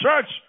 church